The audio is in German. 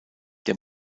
der